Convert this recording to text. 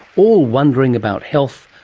all wondering about health,